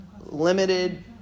limited